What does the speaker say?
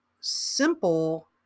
simple